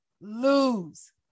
lose